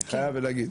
אני חייב להגיד